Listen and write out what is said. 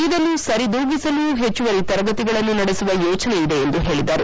ಇದನ್ನು ಸರಿದೂಗಿಸಲು ಹೆಚ್ಚುವರಿ ತರಗತಿಗಳನ್ನು ನಡೆಸುವ ಯೋಚನೆಯಿದೆ ಎಂದು ಹೇಳಿದರು